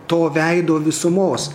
to veido visumos